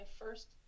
first